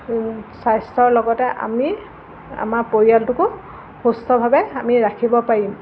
স্বাস্থ্যৰ লগতে আমি আমাৰ পৰিয়ালটোকো সুস্থভাৱে আমি ৰাখিব পাৰিম